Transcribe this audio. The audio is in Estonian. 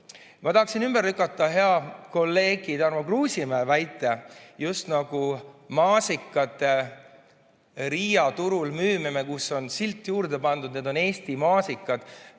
Ma tahan ümber lükata hea kolleegi Tarmo Kruusimäe väite, just nagu maasikate Riia turul müümine, kui on juurde pandud silt, et need on Eesti maasikad,